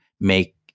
make